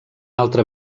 altre